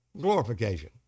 glorification